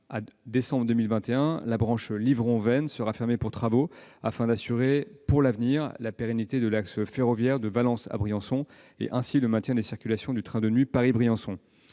à décembre 2021, la branche Livron-Veynes sera fermée pour travaux, afin d'assurer, pour l'avenir, la pérennité de l'axe ferroviaire reliant Valence à Briançon et, ainsi, le maintien des circulations du train de nuit Paris-Briançon.